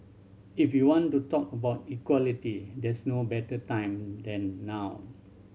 if you want to talk about equality there's no better time than now